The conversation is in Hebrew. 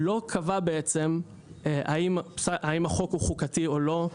לא קבע בעצם האם החוק הוא חוקתי או לא,